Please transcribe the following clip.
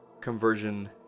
conversion